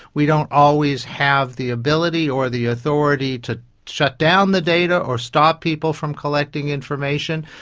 we don't always have the ability or the authority to shut down the data or stop people from collecting information.